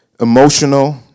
emotional